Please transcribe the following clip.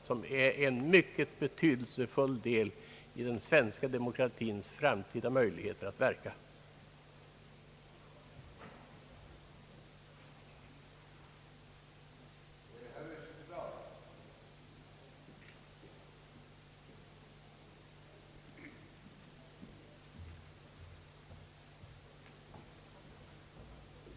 Det är ett mycket betydelsefullt steg mot förverkligandet av den svenska demokratins möjligheter att fungera än bättre i framtiden.